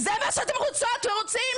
זה מה שאתם רוצות ורוצים?